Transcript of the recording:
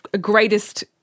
greatest